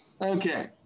Okay